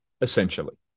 essentially